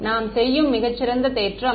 மாணவர் நாம் செய்யும் மிகச் சிறந்த தேற்றம்